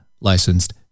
licensed